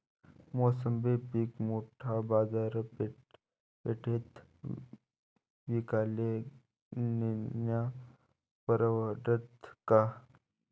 मोसंबी पीक मोठ्या बाजारपेठेत विकाले नेनं परवडन का?